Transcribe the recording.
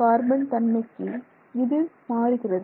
carbon தன்மைக்கு இது மாறுகிறது